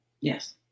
Yes